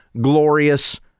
glorious